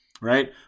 right